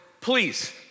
please